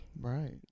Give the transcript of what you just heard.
right